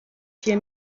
viel